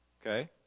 Okay